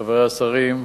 חברי השרים,